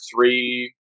three